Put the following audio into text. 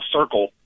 circle